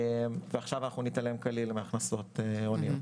עכשיו אנחנו ניתן להם פטור כליל מהכנסות הוניות.